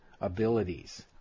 abilities